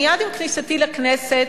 מייד עם כניסתי לכנסת,